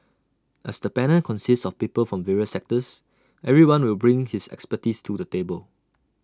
as the panel consists of people from various sectors everyone will bring his expertise to the table